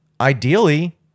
ideally